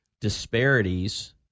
disparities